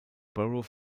borough